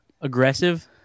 aggressive